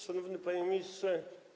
Szanowny Panie Ministrze!